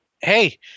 hey